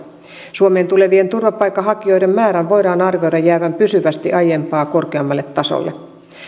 suomeen tulevien turvapaikanhakijoiden määrän voidaan arvioida jäävän pysyvästi aiempaa korkeammalle tasolle